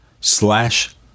slash